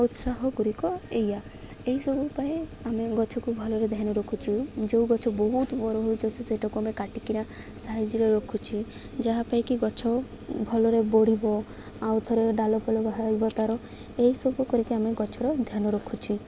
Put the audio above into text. ଉତ୍ସାହ ଗୁଡ଼ିକ ଏଇଆ ଏହିସବୁ ପାଇଁ ଆମେ ଗଛକୁ ଭଲରେ ଧ୍ୟାନ ରଖୁଛୁ ଯେଉଁ ଗଛ ବହୁତ ବର ହେଉଛି ସେ ସେଇଟାକୁ ଆମେ କାଟି କରି ସାଇଜ୍ରେ ରଖୁଛି ଯାହା ପାଇଁକି ଗଛ ଭଲରେ ବଢ଼ିବ ଆଉ ଥରେ ଡାଳ ଫଳ ତା'ର ଏହିସବୁ କରିକି ଆମେ ଗଛର ଧ୍ୟାନ ରଖୁଛି